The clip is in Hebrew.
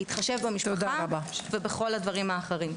בהתחשב במשפחה ובכל הדברים האחרים.